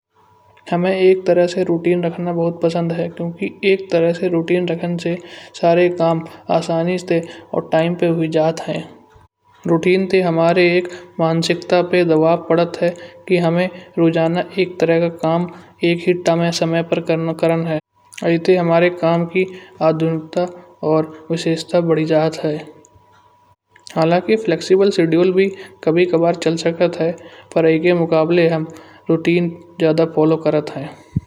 हुमें एक तरह से रूटीन रखना बहुत पसंद है। क्यों कि एक तरह से रूटीन रखने से सारे काम आसानी से और समय पर हुई जात हैं। रूटीन ते हमारे एक मानसिकता पर दबाव पडत है कि हमन रोजाना एक ही तरह का काम एक ही समय, समय पा करनो है। आइते हमारे काम की आधुनिकता और विशेषता बढ़ी जात है। हालांकि फ्लेक्सिबल शेड्यूल भी कभी-कभार चल सकत है। पर या के मुकाबले हम रूटीन ज्यादा फॉलो करात हैं।